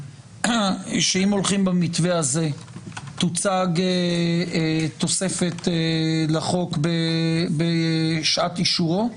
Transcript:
אם הולכים במתווה הזה תוצג תוספת לחוק בשעת אישורו?